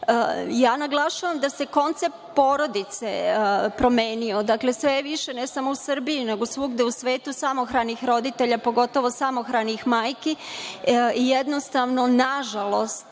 oplodnju. Naglašavam da se koncept porodice promenio. Dakle, sve je više, ne samo u Srbiji, nego u svugde u svetu, samohranih roditelja, pogotovo samohranih majki. Jednostavno, nažalost,